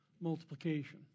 multiplication